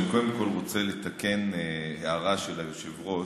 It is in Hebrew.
אני קודם כול רוצה לתקן הערה של היושב-ראש,